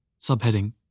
Subheading